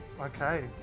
Okay